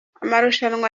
amarushanwa